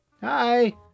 Hi